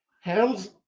Hands